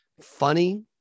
funny